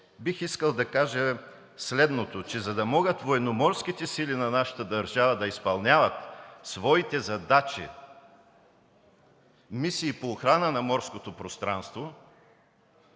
бих искал да кажа следното, че за да могат Военноморските сили на нашата държава да изпълняват своите задачи, мисии по охрана на морското пространство